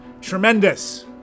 Tremendous